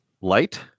light